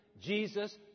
Jesus